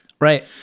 right